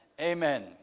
Amen